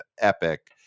epic